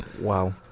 wow